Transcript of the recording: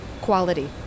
quality